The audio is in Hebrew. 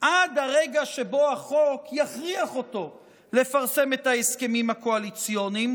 עד הרגע שבו החוק יכריח אותו לפרסם את ההסכמים הקואליציוניים.